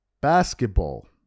Basketball